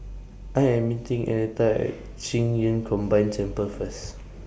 I Am meeting Annetta At Qing Yun Combined Temple First